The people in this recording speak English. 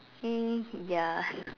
y~ ya